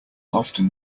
often